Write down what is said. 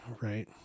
Right